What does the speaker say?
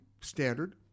standard